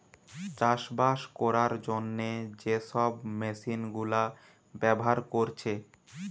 চাষবাস কোরার জন্যে যে সব মেশিন গুলা ব্যাভার কোরছে